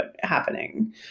happening